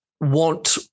want